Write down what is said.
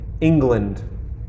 England